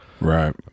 right